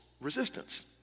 resistance